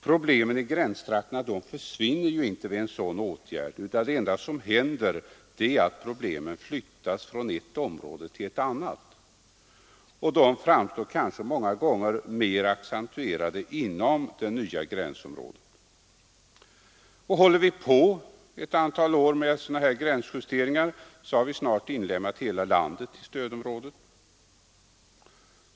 Problemen i gränstraktena försvinner inte vid en sådan åtgärd, utan det enda som händer är att problemen flyttas från ett område till ett annat, och det framstår kanske många gånger som mer accentuerat inom det nya gränsområdet. Håller vi på i ett antal år med sådana gränsjusteringar, har vi snart inlemmat hela landet i stödområdet.